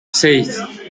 seis